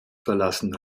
verlassen